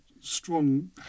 strong